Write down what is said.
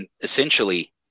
essentially